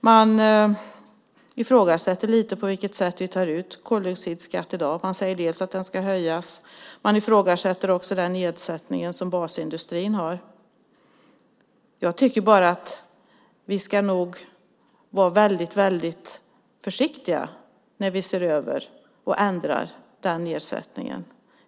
Man ifrågasätter lite på vilket sätt vi tar ut koldioxidskatt i dag. Man säger att den ska höjas. Man ifrågasätter också den nedsättning som basindustrin har. Jag tycker bara att vi nog ska vara väldigt försiktiga när vi ser över och ändrar den nedsättningen.